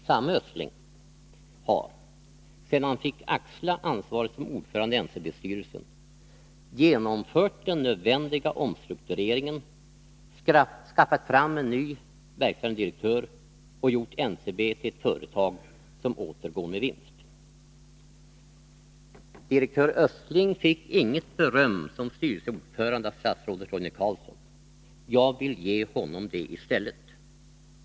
Samme Östling har, sedan han fick axla ansvaret som ordförande i NCB-styrelsen, genomfört den nödvändiga omstruktureringen, skaffat fram en ny verkställande direktör och gjort NCB till ett företag som åter går med vinst. Direktör Östling fick inget beröm som styrelseordförande av statsrådet Roine Carlsson; jag vill ge honom det i stället.